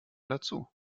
dazu